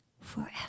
forever